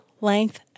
length